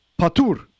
Patur